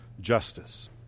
justice